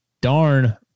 darn